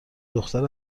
دختر